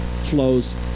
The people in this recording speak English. flows